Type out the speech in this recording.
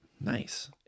Nice